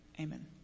Amen